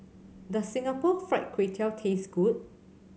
does Singapore Fried Kway Tiao taste good